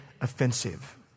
offensive